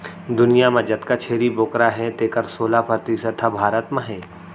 दुनियां म जतका छेरी बोकरा हें तेकर सोला परतिसत ह भारत म हे